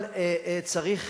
אבל צריך,